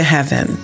Heaven